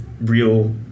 real